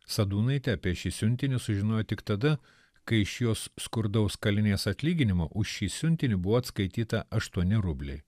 sadūnaitė apie šį siuntinį sužinojo tik tada kai iš jos skurdaus kalinės atlyginimo už šį siuntinį buvo atskaityta aštuoni rubliai